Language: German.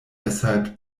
deshalb